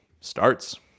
starts